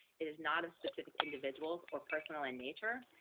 it is not a specific individuals or personal in nature,